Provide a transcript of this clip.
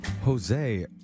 Jose